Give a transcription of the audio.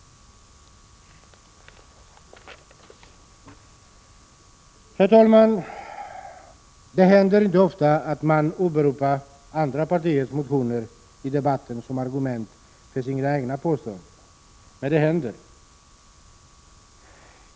Herr talman! Det händer inte ofta att man åberopar andra partiers motioner i debatten som argument för sina egna påståenden, men det händer.